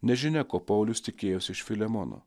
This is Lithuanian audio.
nežinia ko paulius tikėjosi iš filemono